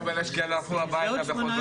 כן.